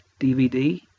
DVD